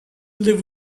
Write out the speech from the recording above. live